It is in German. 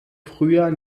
früher